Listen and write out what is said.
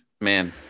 man